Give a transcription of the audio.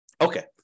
Okay